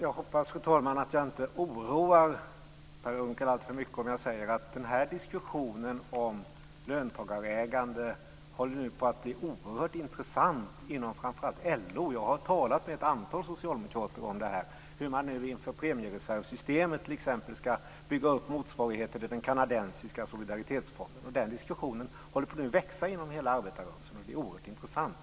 Fru talman! Jag hoppas att jag inte oroar Per Unckel alltför mycket om jag säger att diskussionen om löntagarägande håller på att bli oerhört intressant inom framför allt LO. Jag har talat med ett antal socialdemokrater om hur man t.ex. inför premiereservsystemet ska bygga upp motsvarigheten till den kanadensiska solidaritetsfonden. Den diskussionen håller nu på att växa inom hela arbetarrörelsen. Det är oerhört intressant.